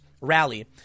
rally